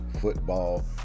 football